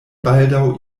baldaŭ